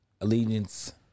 Allegiance